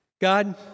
God